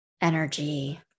energy